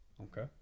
Okay